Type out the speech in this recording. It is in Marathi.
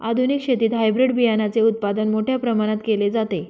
आधुनिक शेतीत हायब्रिड बियाणाचे उत्पादन मोठ्या प्रमाणात केले जाते